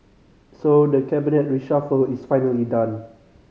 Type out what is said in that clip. so the Cabinet reshuffle is finally done